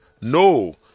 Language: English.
no